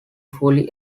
fully